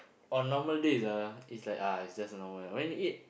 on normal days ah it's like ah it's just a normal when you eat